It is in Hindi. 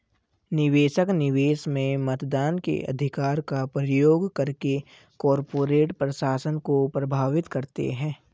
निवेशक, निवेश में मतदान के अधिकार का प्रयोग करके कॉर्पोरेट प्रशासन को प्रभावित करते है